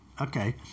Okay